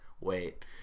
wait